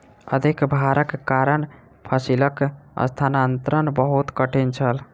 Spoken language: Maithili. अधिक भारक कारण फसिलक स्थानांतरण बहुत कठिन छल